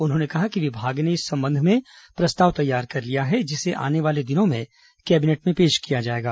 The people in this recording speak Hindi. उन्होंने कहा कि विभाग ने इस संबंध में प्रस्ताव तैयार कर लिया है जिसे आने वाले दिनों में कैबिनेट में पेश किया जायेगा